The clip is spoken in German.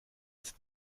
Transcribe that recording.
ist